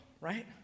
right